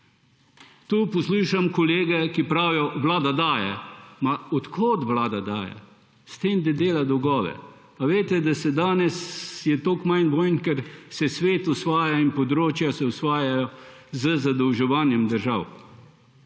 Tu poslušam kolege, ki pravijo: »Vlada daje.« Od kod Vlada daje?! S tem, da dela dolgove. Veste, da je danes toliko manj vojn, ker se svet in področja osvajajo z zadolževanjem držav.